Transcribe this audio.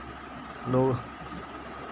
लोक